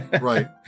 Right